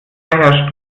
herrscht